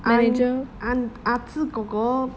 um ah ah ah zi kor kor